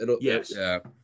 Yes